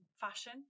fashion